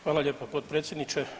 Hvala lijepa potpredsjedniče.